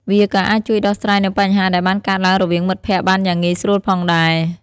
វាក៏អាចជួយដោះស្រាយនូវបញ្ហាដែលបានកើតឡើងរវាងមិត្តភក្តិបានយ៉ាងងាយស្រួលផងដែរ។